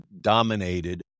dominated